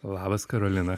labas karolina